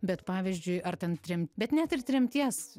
bet pavyzdžiui ar ten trem bet net ir tremties